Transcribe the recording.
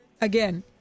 again